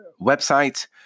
website